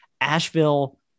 Asheville